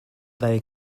they